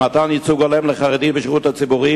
למתן ייצוג הולם לחרדים בשירות הציבורי,